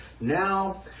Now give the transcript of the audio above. now